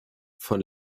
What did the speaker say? von